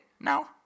No